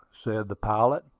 said the pilot,